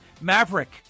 Maverick